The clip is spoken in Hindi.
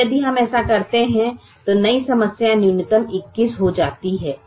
और यदि हम ऐसा करते हैं तो नई समस्या न्यूनतम 21 हो जाती है